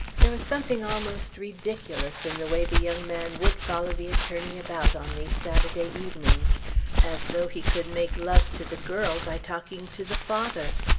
there was something almost ridiculous in the way the young man would follow the attorney about on these saturday evenings as though he could make love to the girl by talking to the father.